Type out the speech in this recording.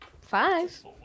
Five